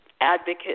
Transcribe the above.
advocate